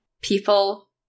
people